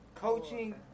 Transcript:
coaching